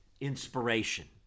inspiration